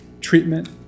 treatment